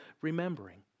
remembering